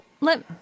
Let